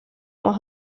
más